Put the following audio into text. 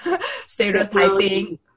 stereotyping